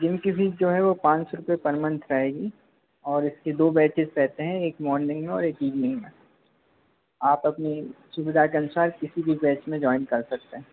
gym की fees जो है वो पाँच सौ रुपये पर मंथ रहेगी और इसकी दो बैचेस रहते हैं एक मॉर्निंग में और एक इवनिंग में आप अपनी सुविधा के अनुसार किसी भी बैच में जॉइन कर सकते हैं